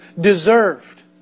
deserved